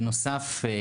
מבחינת נפגעי סמים,